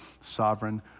sovereign